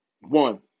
One